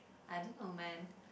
I don't know man